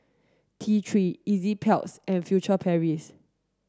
T three Enzyplex and Furtere Paris